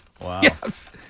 Yes